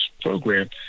program